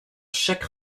chaque